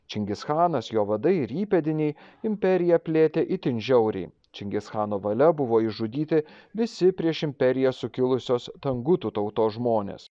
čingischanas jo vadai ir įpėdiniai imperiją plėtė itin žiauriai čingischano valia buvo išžudyti visi prieš imperiją sukilusios tangutų tautos žmonės